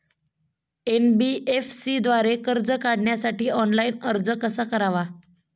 NBFC द्वारे कर्ज काढण्यासाठी ऑनलाइन अर्ज कसा करावा?